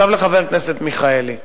עכשיו לחבר הכנסת מיכאלי.